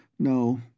No